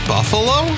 Buffalo